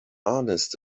honest